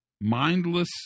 Mindless